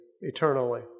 eternally